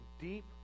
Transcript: deep